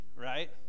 right